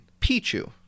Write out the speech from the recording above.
Pichu